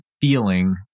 feeling